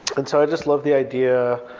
and so i just love the idea,